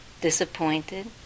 disappointed